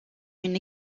une